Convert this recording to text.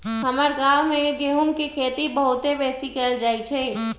हमर गांव में गेहूम के खेती बहुते बेशी कएल जाइ छइ